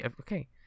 Okay